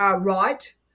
right